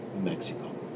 Mexico